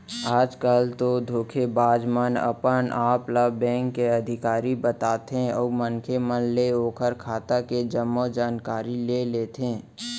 आज कल तो धोखेबाज मन अपन आप ल बेंक के अधिकारी बताथे अउ मनखे मन ले ओखर खाता के जम्मो जानकारी ले लेथे